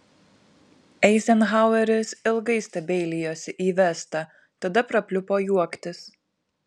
eizenhaueris ilgai stebeilijosi į vestą tada prapliupo juoktis